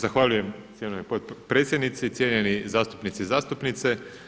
Zahvaljujem cijenjenoj potpredsjednici, cijenjeni zastupnici i zastupnice.